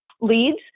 leads